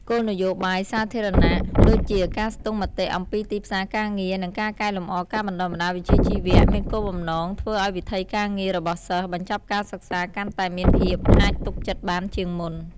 គោលលនយោបាយសាធារណៈ ដូចជាការស្ទង់មតិអំពីទីផ្សារការងារ និងការកែលម្អការបណ្តុះបណ្តាលវិជ្ជាជីវៈ មានគោលបំណងធ្វើឲ្យវិថីការងាររបស់សិស្សបញ្ចប់ការសិក្សាកាន់តែមានភាពអាចទុកចិត្តបានជាងមុន។